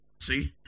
See